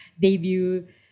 debut